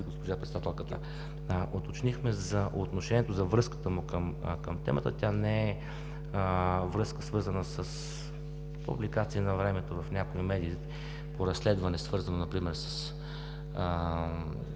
госпожа Председателката. Уточнихме за отношението, за връзката му към темата. Тя не е връзка, свързана с публикации навремето в някои медии по разследване, свързано например с